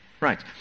Right